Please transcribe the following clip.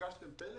ביקשתם פלט?